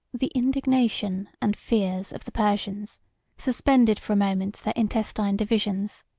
the indignation and fears of the persians suspended for a moment their intestine divisions.